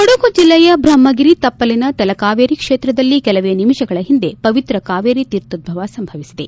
ಕೊಡಗು ಜಿಲ್ಲೆಯ ಬ್ರಹ್ಮಗಿರಿ ತಪ್ಪಲಿನ ತಲಕಾವೇರಿ ಕ್ಷೇತ್ರದಲ್ಲಿ ಕೆಲವೇ ನಿಮಿಷಗಳ ಹಿಂದೆ ಪವಿತ್ರ ಕಾವೇರಿ ತೀರ್ಥೊದ್ದವ ಸಂಭವಿಸಿದೆ